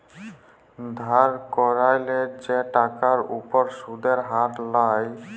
ধার ক্যইরলে যে টাকার উপর সুদের হার লায়